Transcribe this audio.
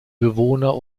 bewohner